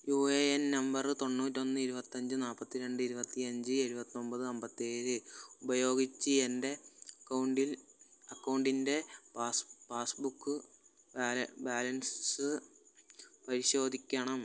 U A N number തൊണ്ണൂറ്റൊന്ന് ഇരുപത്തഞ്ച് നാൽപ്പത്തി രണ്ട് ഇരുപത്തി അഞ്ച് എഴുപത്തൊമ്പത് അമ്പത്തേഴ് ഉപയോഗിച്ച് എൻ്റെ അക്കൗണ്ടിൽ അക്കൗണ്ടിൻറ്റെ പാസ് പാസ്ബുക്ക് ബാല ബാലൻസ് പരിശോധിക്കണം